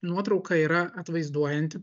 nuotrauka yra atvaizduojanti